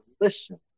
listen